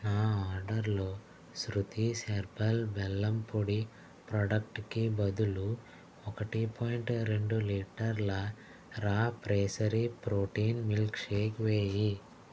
నా ఆర్డర్లో శృతీస్ హెర్బల్ బెల్లం పొడి ప్రోడక్ట్కి బదులు ఒకటి పాయింట్ రెండు లీటర్ల raw pressery protein milk shake వేయి